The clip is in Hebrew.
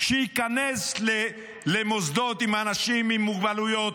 שייכנס למוסדות עם אנשים עם מוגבלויות.